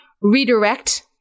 Redirect